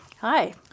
Hi